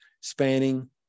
spanning